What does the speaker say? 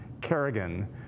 Kerrigan